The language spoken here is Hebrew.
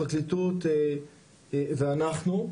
פרקליטות ואנחנו,